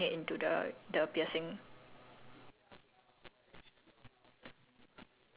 you just do like two coats maybe then it'll it'll be okay then you just like turn it into the the piercing